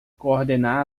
coordenar